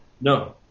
no